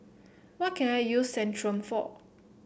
what can I use Centrum for